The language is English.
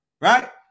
Right